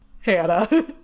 Hannah